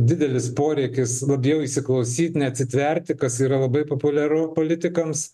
didelis poreikis labiau įsiklausyt neatsitverti kas yra labai populiaru politikams